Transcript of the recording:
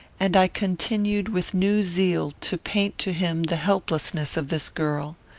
and i continued with new zeal to paint to him the helplessness of this girl.